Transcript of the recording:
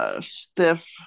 Stiff